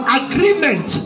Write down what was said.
agreement